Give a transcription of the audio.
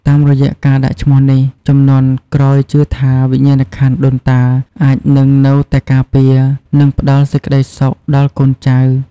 តាមរយៈការដាក់ឈ្មោះនេះ ជំនាន់ក្រោយជឿថា វិញ្ញាណក្ខន្ធដូនតាអាចនឹងនៅតែការពារ និងផ្តល់សេចក្តីសុខដល់កូនចៅ។